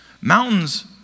mountains